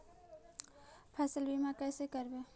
फसल बीमा कैसे करबइ?